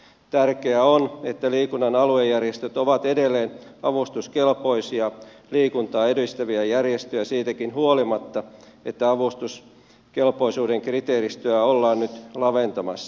tärkeää on että liikunnan aluejärjestöt ovat edelleen avustuskelpoisia liikuntaa edistäviä järjestöjä siitäkin huolimatta että avustuskelpoisuuden kriteeristöä ollaan nyt laventamassa